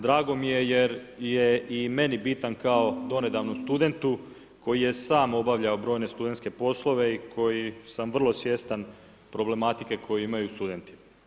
Drago mi je jer je i meni bitan kao donedavno studentu, koji je sam obavljao brojne studentske poslove i koji sam vrlo svjestan problematike koju imaju studenti.